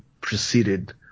proceeded